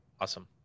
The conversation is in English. Awesome